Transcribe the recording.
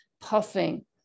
puffing